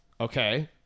Okay